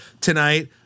tonight